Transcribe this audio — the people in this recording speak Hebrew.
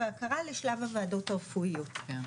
רגע,